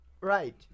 right